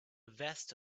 vest